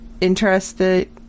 interested